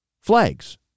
flags